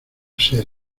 ser